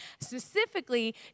specifically